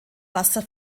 wasser